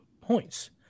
points